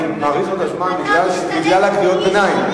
מי מאיים?